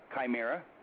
Chimera